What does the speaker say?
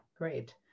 Great